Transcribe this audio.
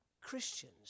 Christians